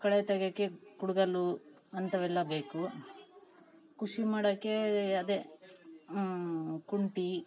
ಕಳೆ ತಗ್ಯೋಕೆ ಕುಡ್ಗೊಲ್ಲು ಅಂಥವೆಲ್ಲ ಬೇಕು ಕೃಷಿ ಮಾಡೋಕೇ ಅದೆ ಕುಂಟೆ